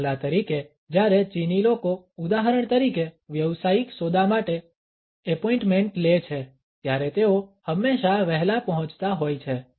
દાખલા તરીકે જ્યારે ચીની લોકો ઉદાહરણ તરીકે વ્યવસાયિક સોદા માટે એપોઇન્ટમેન્ટ લે છે ત્યારે તેઓ હંમેશા વહેલા પહોંચતા હોય છે